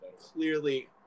clearly